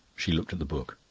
she looked at the book.